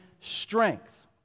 strength